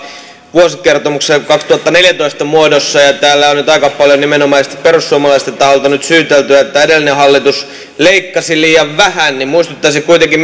vuosikertomuksen kaksituhattaneljätoista muodossa ja täällä on nyt aika paljon nimenomaisesti perussuomalaisten taholta syytelty että edellinen hallitus leikkasi liian vähän niin muistuttaisin kuitenkin